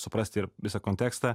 suprasti ir visą kontekstą